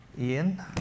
Ian